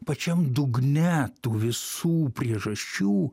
pačiam dugne tų visų priežasčių